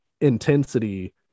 intensity